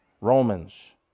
Romans